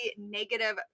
negative